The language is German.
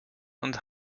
und